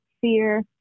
fear